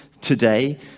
today